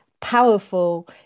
powerful